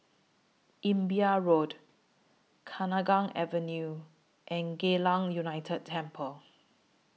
Imbiah Road Kenanga Avenue and Geylang United Temple